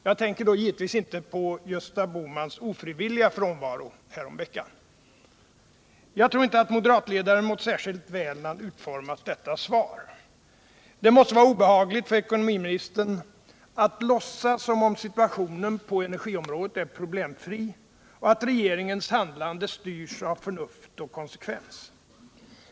Jag tänker då givetvis inte på Gösta Bohmans ofrivilliga frånvaro häromveckan. Jag tror inte att moderatledaren mått särskilt väl när han utformat detta svar. Det måste vara obehagligt för ekonomiministern att låtsas som om situationen på energiområdet är problemfri och att regeringens handlande styrs av förnuft och konsekvens.